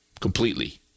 completely